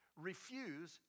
refuse